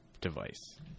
device